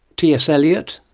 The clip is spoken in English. ts eliot.